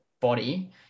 body